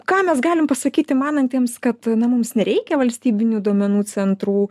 ką mes galim pasakyti manantiems kad na mums nereikia valstybinių duomenų centrų